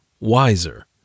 wiser